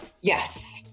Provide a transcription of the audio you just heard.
yes